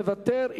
מוותר.